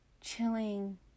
chilling